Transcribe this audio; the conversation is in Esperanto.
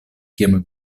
kiam